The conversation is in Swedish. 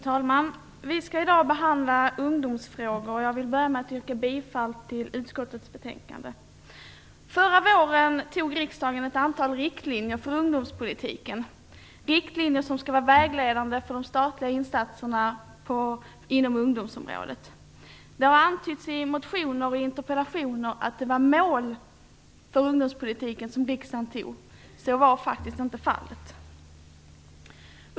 Fru talman! Vi skall i dag behandla ungdomsfrågor. Jag vill börja med att yrka bifall till utskottets hemställan. Förra våren antog riksdagen ett antal riktlinjer för ungdomspolitiken som skall vara vägledande för de statliga insatserna inom ungdomsområdet. Det har antytts i motioner och interpellationer att det var mål som riksdagen antog. Så var faktiskt inte fallet.